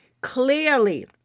clearly